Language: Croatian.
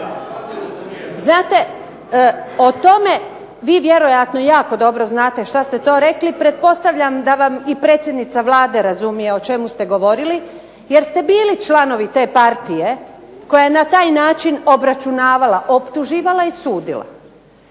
Znate o tome vi vjerojatno jako dobro znate što ste to rekli, pretpostavljam da vam i predsjednica Vlade razumije o čemu ste govorili jer ste bili članovi te partije koja je na taj način obračunavala, optuživala i sudila.